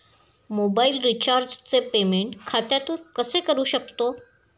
Mobile रिचार्जचे payment खात्यातून कसे करू शकतो?